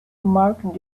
mark